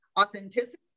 authenticity